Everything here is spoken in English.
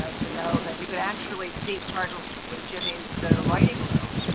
ah to know that you could actually see part of but jimmy's so writing room.